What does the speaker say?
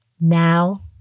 now